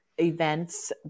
events